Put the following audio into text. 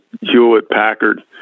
Hewlett-Packard